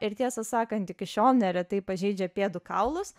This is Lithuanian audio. ir tiesą sakant iki šiol neretai pažeidžia pėdų kaulus